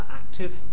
active